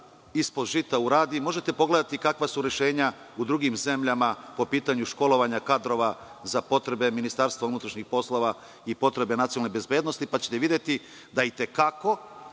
ispod žita. Možete pogledati kakva su rešenja u drugim zemljama po pitanju školovanja kadrova za potrebe Ministarstva unutrašnjih poslova i potrebe nacionalne bezbednosti, pa ćete videti da i te kako